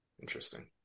Interesting